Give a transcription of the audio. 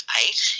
eight